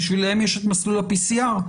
בשבילם יש את מסלול ה-PCR,